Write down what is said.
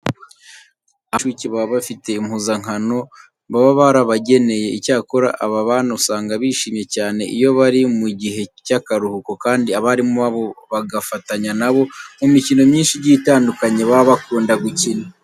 Abana biga mu mashuri y'incuke baba bafite impuzankano baba barabageneye. Icyakora aba bana usanga bishimye cyane iyo bari mu gihe cy'akaruhuko kandi abarimu babo bagafatanya na bo mu mikino myinshi igiye itandukanye baba bakunda gukina.